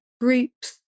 groups